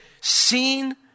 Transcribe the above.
seen